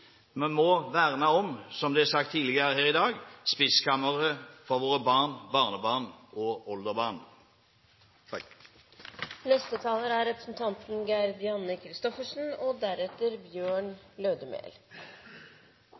må verne om, som det er sagt tidligere her i dag, spiskammeret for våre barn, barnebarn og oldebarn. Velkommen til bords er en stortingsmelding som er særs viktig. Den peker ut retningen for norsk landbruk og